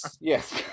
Yes